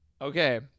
Okay